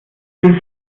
bin